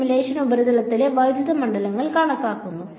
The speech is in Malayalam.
ഈ സിമുലേഷൻ ഉപരിതലത്തിലെ വൈദ്യുത മണ്ഡലങ്ങൾ കാണിക്കുന്നു